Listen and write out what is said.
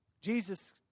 Jesus